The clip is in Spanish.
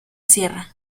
sierra